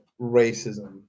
racism